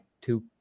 two